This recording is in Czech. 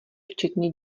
včetně